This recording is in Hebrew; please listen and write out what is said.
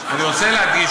אני רוצה להדגיש